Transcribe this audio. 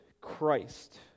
Christ